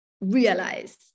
realize